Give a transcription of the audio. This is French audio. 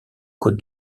côtes